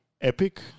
epic